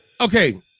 okay